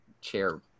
chair